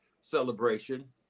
celebration